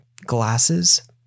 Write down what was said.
glasses